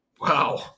Wow